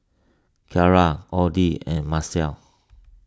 Kiarra Oddie and Maceo